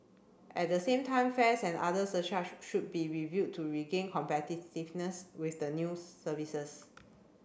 at the same time fares and other surcharge should be reviewed to regain competitiveness with the new services